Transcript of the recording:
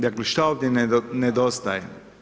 Dakle šta ovdje nedostaje.